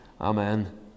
Amen